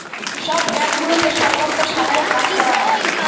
সব ব্যাঙ্কগুলোতে সব রকমের সাধারণ কাজ করা হয়